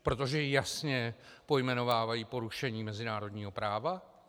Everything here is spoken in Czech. Protože jasně pojmenovávají porušení mezinárodního práva?